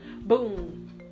boom